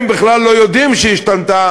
הם בכלל לא יודעים שהממשלה השתנתה,